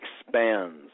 expands